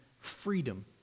Freedom